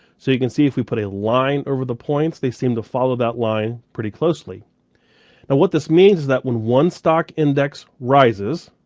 so you can see if we put a line over the points, they seem to follow that line pretty closely. now what this means is that when one stock index rises,